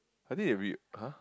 I think it can read !huh!